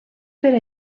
per